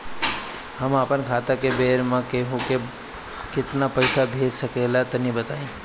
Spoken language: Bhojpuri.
हम आपन खाता से एक बेर मे केंहू के केतना पईसा भेज सकिला तनि बताईं?